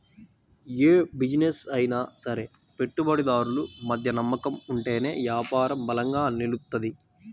యే బిజినెస్ అయినా సరే పెట్టుబడిదారులు మధ్య నమ్మకం ఉంటేనే యాపారం బలంగా నిలుత్తది